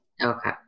Okay